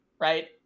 right